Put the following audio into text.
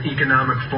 Economic